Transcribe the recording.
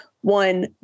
one